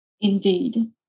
Indeed